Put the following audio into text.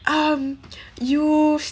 um you